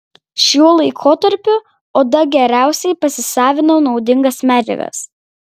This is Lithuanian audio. šiuo laikotarpiu oda geriausiai pasisavina naudingas medžiagas